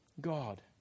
God